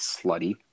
slutty